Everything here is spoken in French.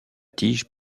tige